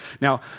Now